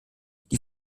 die